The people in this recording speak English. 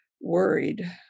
worried